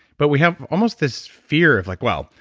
but we have almost this fear of like, well,